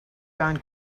gone